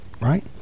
Right